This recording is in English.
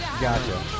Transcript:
Gotcha